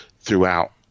throughout